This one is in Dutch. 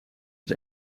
het